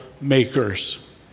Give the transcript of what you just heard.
makers